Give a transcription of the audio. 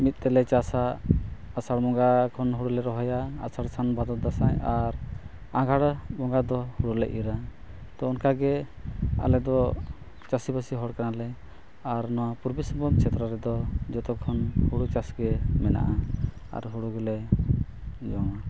ᱢᱤᱫ ᱛᱮᱞᱮ ᱪᱟᱥᱟ ᱟᱥᱟᱲ ᱵᱚᱸᱜᱟ ᱠᱷᱚᱱ ᱦᱩᱲᱩᱞᱮ ᱨᱚᱦᱚᱭᱟ ᱟᱥᱟᱲ ᱥᱟᱱ ᱵᱷᱟᱫᱚᱨ ᱫᱟᱸᱥᱟᱭ ᱟᱨ ᱟᱜᱷᱟᱲ ᱵᱚᱸᱜᱟ ᱫᱚ ᱦᱩᱲᱩ ᱞᱮ ᱤᱨᱟ ᱛᱚ ᱚᱱᱠᱟ ᱜᱮ ᱟᱞᱮ ᱫᱚ ᱪᱟᱹᱥᱤᱼᱵᱟᱹᱥᱤ ᱦᱚᱲ ᱠᱟᱱᱟᱞᱮ ᱟᱨ ᱱᱚᱣᱟ ᱯᱩᱨᱵᱚ ᱥᱤᱝᱵᱷᱩᱢ ᱪᱷᱮᱛᱨᱚ ᱨᱮᱫᱚ ᱡᱚᱛᱚ ᱠᱷᱚᱱ ᱦᱩᱲᱩ ᱪᱟᱥᱜᱮ ᱢᱮᱱᱟᱜᱼᱟ ᱟᱨ ᱦᱩᱲᱩ ᱜᱮᱞᱮ ᱡᱚᱢᱟ